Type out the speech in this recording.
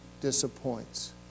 disappoints